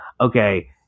Okay